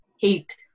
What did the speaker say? hate